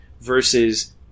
Versus